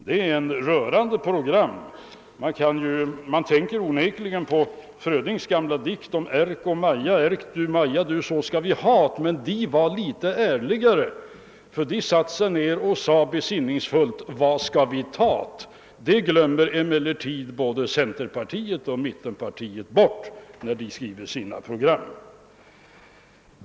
Man kommer att tänka på Frödings dikt »Erk du, Maja du, så ska vi ha't», men Erk och Maja var ärliga nog att besinningsfullt fråga: »Var skall vi tat?» Det glömde både folkpartiet och centerpartiet att fråga, när de skrev sina program.